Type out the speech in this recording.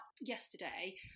yesterday